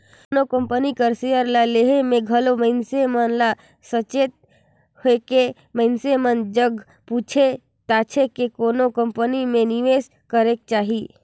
कोनो कंपनी कर सेयर ल लेहे में घलो मइनसे मन ल सचेत होएके मइनसे मन जग पूइछ ताएछ के कोनो कंपनी में निवेस करेक चाही